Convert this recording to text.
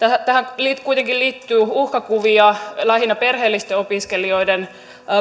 tähän kuitenkin liittyy uhkakuvia lähinnä perheellisten opiskelijoiden